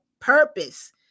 purpose